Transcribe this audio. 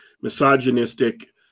misogynistic